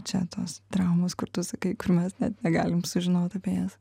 čia tos traumos kur tu sakai kur mes negalim sužinot apie jas